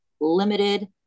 limited